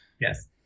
yes